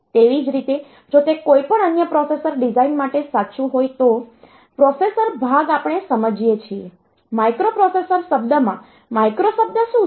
તેવી જ રીતે જો તે કોઈપણ અન્ય પ્રોસેસર ડિઝાઇન માટે સાચું હોય તો પ્રોસેસર ભાગ આપણે સમજીએ છીએ માઇક્રોપ્રોસેસર શબ્દમાં માઇક્રો શબ્દ શું છે